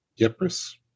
Ypres